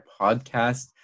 podcast